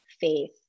faith